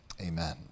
amen